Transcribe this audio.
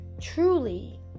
truly